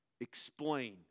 explain